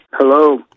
Hello